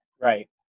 Right